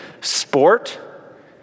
sport